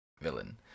villain